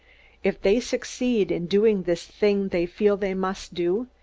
if they succeed in doing this thing they feel they must do,